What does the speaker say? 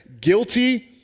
guilty